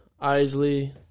Isley